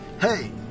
Hey